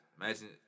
Imagine